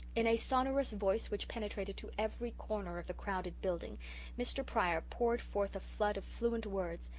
in a sonorous voice which penetrated to every corner of the crowded building mr. pryor poured forth a flood of fluent words,